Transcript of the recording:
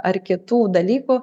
ar kitų dalykų